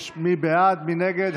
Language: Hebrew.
בעד, 48, נגד,